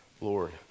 Lord